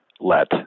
Let